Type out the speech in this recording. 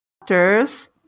doctors